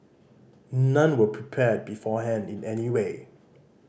none were prepared beforehand in any way